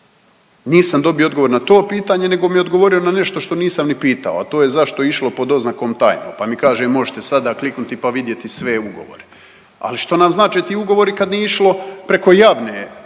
Nisam dobio odgovor na to pitanje nego mi je odgovorio na nešto što nisam ni pitao, a to je zašto je išlo pod oznakom „tajno“, pa mi kaže možete sada kliknuti, pa vidjeti sve ugovore. Ali što nam znače ti ugovori kad nije išlo preko javne nabave?